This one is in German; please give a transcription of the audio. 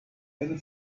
eine